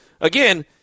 again